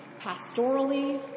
pastorally